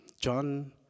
John